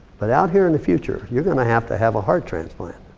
but out here in the future, you're gonna have to have a heart transplant.